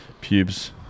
pubes